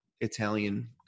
Italian